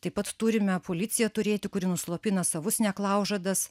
taip pat turime policiją turėti kuri nuslopina savus neklaužadas